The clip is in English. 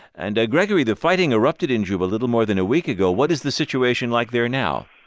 and gregory, the fighting erupted in juba a little more than a week ago. what is the situation like there now?